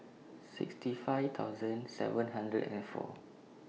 sixty five thousand seven hundred and four